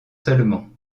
seulement